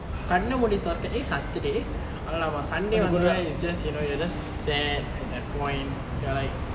கண்ண மூடி தொரக்க்:kanna moodi thorakka eh saturday alamak sunday வந்தோன:vanthona is just you know you are just sad at that point you are like